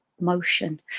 motion